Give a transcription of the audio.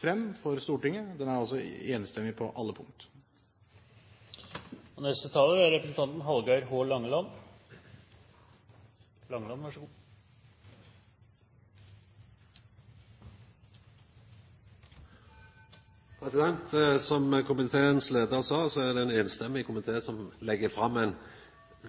frem for Stortinget. Den er altså enstemmig på alle punkter. Som komiteens leiar sa, er det ein samrøystes komité som legg fram ein